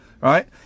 right